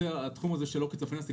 התחום הזה של עוקץ פיננסי,